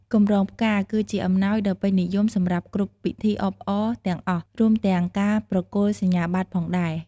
កម្រងផ្កា គឺជាអំណោយដ៏ពេញនិយមសម្រាប់គ្រប់ ពិធីអបអរទាំងអស់ រួមទាំងការប្រគល់សញ្ញាបត្រផងដែរ។